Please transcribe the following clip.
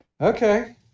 Okay